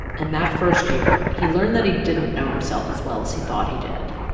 and that first year, he learned that he didn't know himself as well as he thought he did.